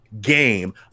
game